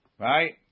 Right